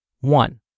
One